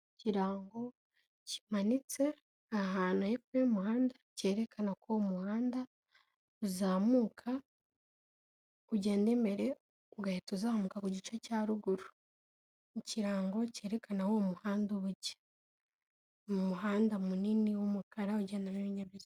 Ikirango kimanitse ahantu hepfo y'umuhanda cyerekanako umuhanda uzamuka, ugenda imbere ugahita uzamuka ku gice cya ruguru, ikirango cyerekana aho uwo muhanda uba ujya, mu muhanda munini w'umukara ugendamo ibinyabizi.